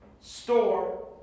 store